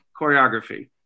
choreography